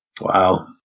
Wow